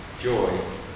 joy